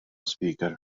speaker